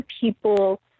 people